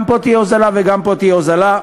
גם פה תהיה הוזלה וגם פה תהיה הוזלה.